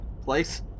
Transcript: place